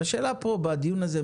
והשאלה פה בדיון הזה,